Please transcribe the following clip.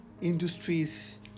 Industries